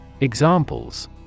Examples